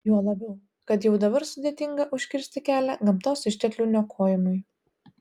juo labiau kad jau dabar sudėtinga užkirsti kelią gamtos išteklių niokojimui